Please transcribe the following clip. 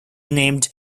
named